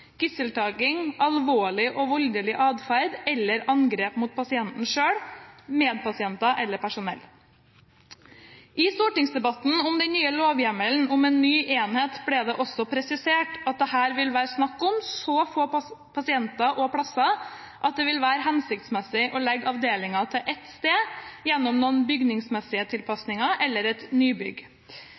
gisseltaking, alvorlig og voldelig atferd eller angrep mot pasienten selv, medpasienter eller personell. I stortingsdebatten om den nye lovhjemmelen om en ny enhet ble det også presisert at det her vil være snakk om så få pasienter og plasser at det vil være hensiktsmessig å legge avdelingen til ett sted, gjennom noen bygningsmessige tilpasninger eller et nybygg.